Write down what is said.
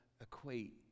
equate